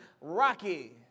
Rocky